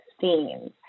themes